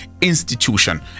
institution